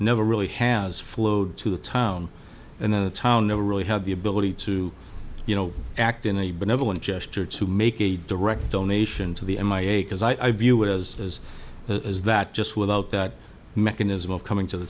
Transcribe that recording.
never really has flowed to the town and then a town never really had the ability to you know act in a benevolent gesture to make a direct donation to the m i a because i view it as is is that just without that mechanism of coming to the